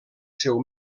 seu